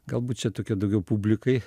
galbūt čia tokio daugiau publikai